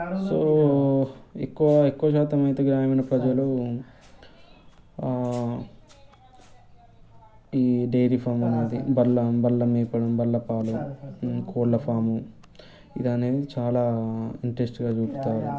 so ఎక్కువ ఎక్కువ శాతం అయితే గ్రామీణ ప్రజలు ఈ డైరీ ఫామ్ అనేది బర్రెలు బర్రెలు మేపేది బర్రెల పాలు కోళ్ల ఫారం ఇది అనేది చాలా ఇంట్రెస్ట్గా చూత్తరు